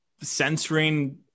censoring